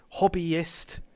hobbyist